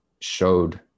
showed